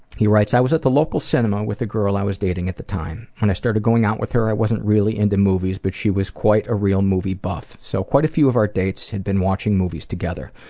he writes i was at the local cinema with a girl i was dating at the time. when i started going out with her i wasn't really into movies but she was quite a real movie buff, so quite a few of our dates had been watching movies together,